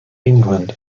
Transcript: england